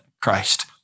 Christ